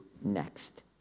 next